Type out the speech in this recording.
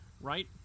right